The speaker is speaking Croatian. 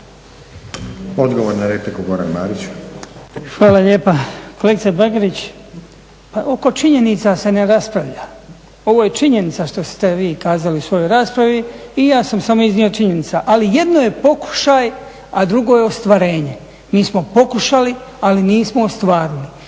**Marić, Goran (HDZ)** Hvala lijepa. Kolegice Bagarić, pa oko činjenica se ne raspravlja. Ovo je činjenica što ste vi kazali u svojoj raspravi i ja sam samo iznio činjenice. Ali jedno je pokušaj, a drugo je ostvarenje. Mi smo pokušali, ali nismo ostvarili.